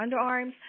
underarms